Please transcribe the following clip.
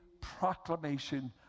proclamation